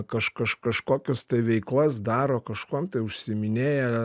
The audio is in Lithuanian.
kaž kaž kažkokios tai veiklas daro kažkuom tai užsiiminėja